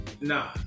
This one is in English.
Nah